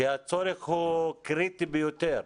כי הצורך הוא קריטי ביותר.